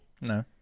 No